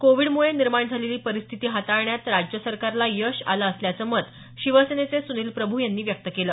Covid मुळे निर्माण झालेली परिस्थिती हाताळण्यात राज्य सरकारला यश आलं असल्याचं मत शिवसेनेचे सुनील प्रभू यांनी व्यक्त केलं